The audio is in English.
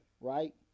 Right